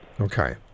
Okay